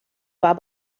war